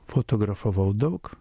fotografavau daug